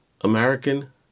American